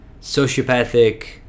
sociopathic